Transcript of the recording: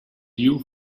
you